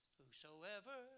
whosoever